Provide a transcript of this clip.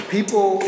People